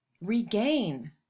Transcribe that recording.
regain